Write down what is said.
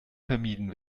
vermieden